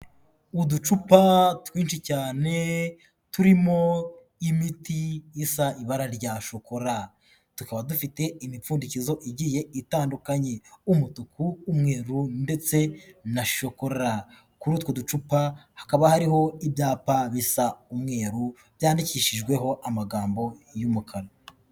Uducupa twinshi cyane turimo imiti isa ibara rya shokora, tukaba dufite imipfundikizo igiye itandukanye, umutuku, umweru ndetse na shokora, kuri utwo ducupa hakaba hariho ibyapa bisa umweru byandikishijweho amagambo y'umukara.